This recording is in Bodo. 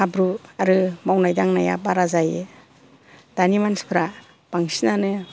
हाब्रु आरो मावनाय दांनाया बारा जायो दानि मानथिफ्रा बांसिनानो